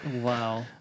Wow